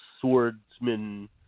swordsman